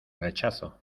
rechazo